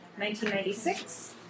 1996